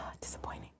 disappointing